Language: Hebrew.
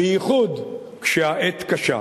בייחוד כשהעת קשה.